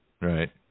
right